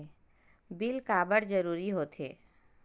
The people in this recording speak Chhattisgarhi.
बिल काबर जरूरी होथे?